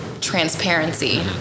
transparency